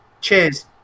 Cheers